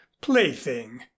plaything